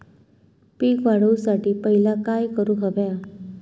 पीक वाढवुसाठी पहिला काय करूक हव्या?